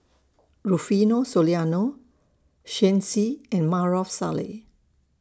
Rufino Soliano Shen Xi and Maarof Salleh